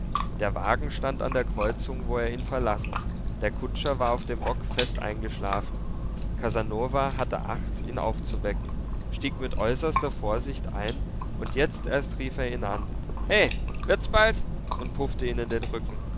der wagen stand an der kreuzung wo er ihn verlassen der kutscher war auf dem bock fest eingeschlafen casanova hatte acht ihn nicht aufzuwecken stieg mit äußerster vorsicht ein und jetzt erst rief er ihn an he wird's bald und puffte ihn in den rücken